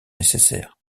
nécessaires